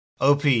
OP